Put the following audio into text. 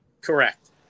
Correct